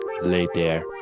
later